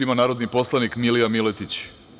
Reč ima narodni poslanik Milija Miletić.